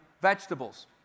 vegetables